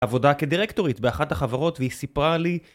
עבודה כדירקטורית באחת החברות והיא סיפרה לי